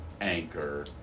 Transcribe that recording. Anchor